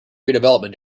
redevelopment